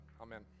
Amen